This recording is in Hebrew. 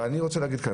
ואני רוצה להגיד כאן,